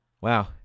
Wow